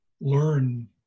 learn